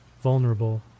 vulnerable